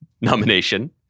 nomination